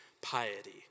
piety